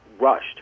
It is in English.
rushed